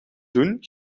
doen